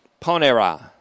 ponera